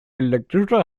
elektrischer